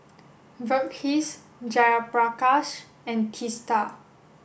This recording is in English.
Verghese Jayaprakash and Teesta